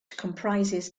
comprises